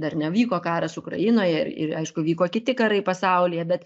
dar nevyko karas ukrainoje ir aišku vyko kiti karai pasaulyje bet